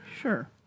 Sure